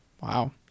Wow